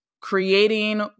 creating